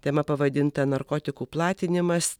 tema pavadinta narkotikų platinimas